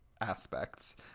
aspects